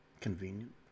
Convenient